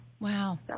Wow